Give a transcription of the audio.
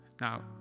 Now